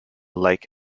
lake